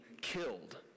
killed